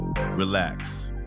relax